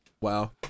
Wow